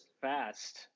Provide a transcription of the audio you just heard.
fast